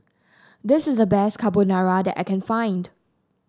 this is the best Carbonara that I can find